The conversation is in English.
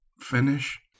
finish